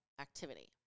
activity